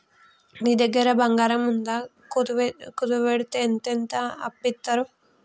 నీ దగ్గర బంగారముందా, కుదువవెడ్తే ఎంతంటంత అప్పిత్తరు